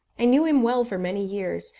i knew him well for many years,